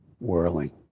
whirling